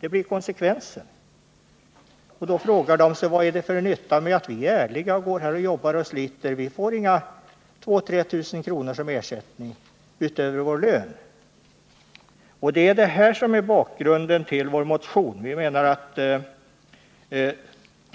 Det är konsekvensen. Och då frågar de sig vad det är för nytta med att de är ärliga och jobbar och sliter — de får ingen ersättning med 2000-3000 kr. utöver lönen. Detta är bakgrunden till vår motion, och vi menar att